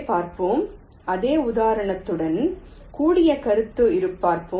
பார்ப்போம் அதே உதாரணத்துடன் கூடிய கருத்து பார்ப்போம்